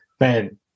Man